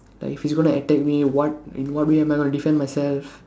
like if he's gonna attack me what in what way am I going to defend myself